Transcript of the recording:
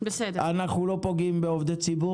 מה מבחינתכם זו התקדמות,